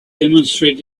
demonstrate